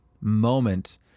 moment